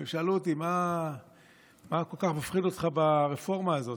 הם שאלו אותי: מה כל כך מפחיד אותך ברפורמה הזאת,